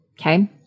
okay